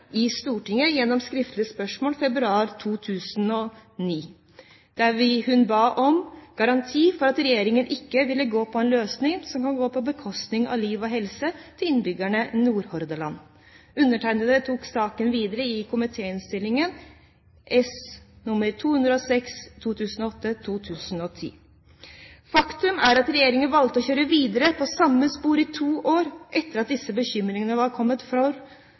i Stortinget ved skriftlig spørsmål i mars 2009. Hun ba om garanti for at regjeringen ikke ville gå inn for en løsning som vil gå på bekostning av liv og helse til innbyggerne i Nordhordland. Undertegnede tok saken videre i Innst. S. nr. 206 for 2008–2009. Faktum er at regjeringen valgte å kjøre videre på samme spor i to år etter at disse bekymringene var kommet